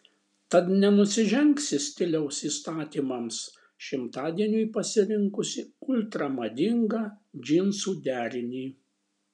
tad nenusižengsi stiliaus įstatymams šimtadieniui pasirinkusi ultra madingą džinsų derinį